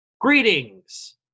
Greetings